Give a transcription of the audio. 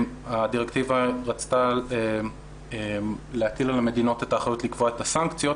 הדירקטיבה רצתה להטיל על המדינות את האחריות לקבוע את הסנקציות.